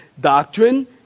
doctrine